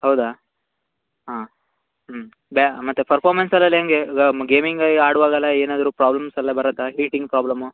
ಹೌದಾ ಹಾಂ ಹ್ಞೂ ಬ್ಯಾ ಮತ್ತೆ ಪರ್ಫಾರ್ಮೆನ್ಸ್ ಸರ್ ಅದು ಹೆಂಗೆ ಅದು ಗೇಮಿಂಗ್ ಆಡುವಾಗೆಲ್ಲ ಏನಾದರೂ ಪ್ರಾಬ್ಲಮ್ಸ್ ಎಲ್ಲ ಬರುತ್ತ ಹೀಟಿಂಗ್ ಪ್ರಾಬ್ಲಮ್ಮು